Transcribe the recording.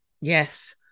Yes